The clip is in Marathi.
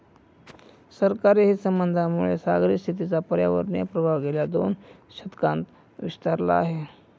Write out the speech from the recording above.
सरकारी हितसंबंधांमुळे सागरी शेतीचा पर्यावरणीय प्रभाव गेल्या दोन दशकांत विस्तारला आहे